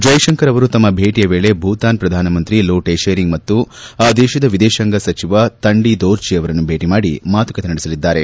ಜ್ಲೆ ಶಂಕರ್ ಅವರು ತಮ್ನ ಭೇಟಿಯ ವೇಳೆ ಭೂತಾನ್ ಪ್ರಧಾನಮಂತ್ರಿ ಲೊಟೆ ಷೆರಿಂಗ್ ಮತ್ತು ಆ ದೇತದ ವಿದೇಶಾಂಗ ಸಚಿವ ತಂಡಿ ದೋರ್ಜಿ ಅವರನ್ನು ಭೇಟಿ ಮಾಡಿ ಮಾತುಕತೆ ನಡೆಸಲಿದ್ದಾರೆ